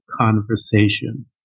conversation